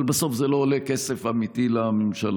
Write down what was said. אבל בסוף זה לא עולה כסף אמיתי לממשלה.